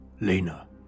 Lena